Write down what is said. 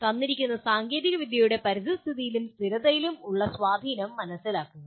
തന്നിരിക്കുന്ന സാങ്കേതികവിദ്യയുടെ പരിസ്ഥിതിയിലും സ്ഥിരതയിലും ഉള്ള സ്വാധീനം മനസ്സിലാക്കുക